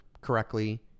correctly